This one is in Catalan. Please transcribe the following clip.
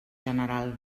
general